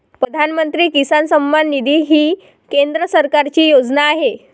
प्रधानमंत्री किसान सन्मान निधी ही केंद्र सरकारची योजना आहे